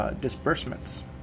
disbursements